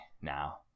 now